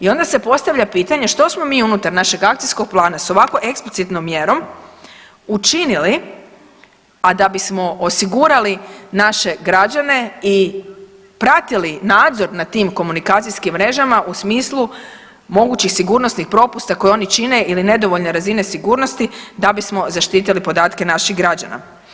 I onda se postavlja pitanje što smo mi unutar našeg akcijskog plana s ovako eksplicitnom mjerom učinili, a da bismo osigurali naše građene i pratili nadzor nad tim komunikacijskim mrežama u smislu mogućih sigurnosnih propusta koji oni čine ili nedovoljne razine sigurnosti da bismo zaštitili podatke naših građana?